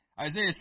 Isaiah